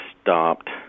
stopped